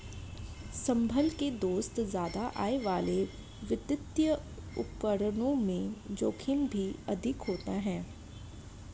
संभल के दोस्त ज्यादा आय वाले वित्तीय उपकरणों में जोखिम भी अधिक होता है